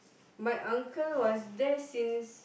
my uncle was there since